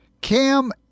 Cam